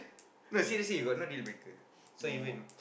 no seriously got no deal breaker so even